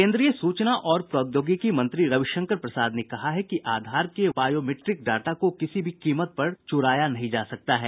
केन्द्रीय सूचना और प्रौद्योगिकी मंत्री रविशंकर प्रसाद ने कहा है कि आधार के बायोमीट्रिक डाटा को किसी भी कीमत पर चुराया नहीं जा सकता है